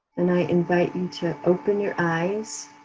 and i invite you to open your eyes,